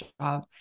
job